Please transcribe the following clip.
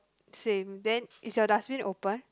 same then is your dustbin open